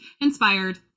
inspired